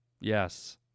Yes